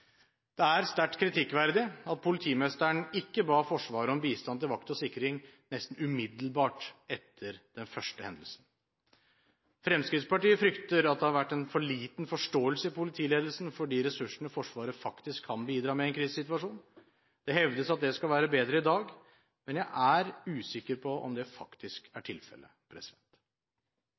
Det er sterkt kritikkverdig at politimesteren ikke ba Forsvaret om bistand til vakt og sikring nesten umiddelbart etter den første hendelsen. Fremskrittspartiet frykter at det har vært en for liten forståelse i politiledelsen for de ressursene som Forsvaret faktisk kan bidra med i en krisesituasjon. Det hevdes at dette skal være bedre i dag, men jeg er usikker på om det faktisk er tilfellet.